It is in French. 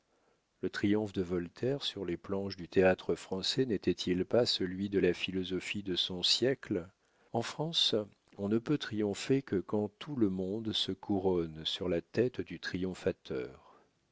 le triomphe de voltaire sur les planches du théâtre-français n'était-il pas celui de la philosophie de son siècle en france on ne peut triompher que quand tout le monde se couronne sur la tête du triomphateur